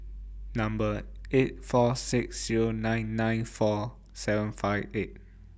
Number eight four six Zero nine nine four seven five eight